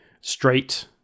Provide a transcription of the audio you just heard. straight